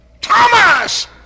Thomas